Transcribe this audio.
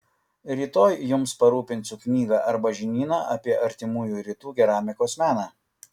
rytoj jums parūpinsiu knygą arba žinyną apie artimųjų rytų keramikos meną